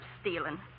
stealing